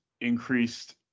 increased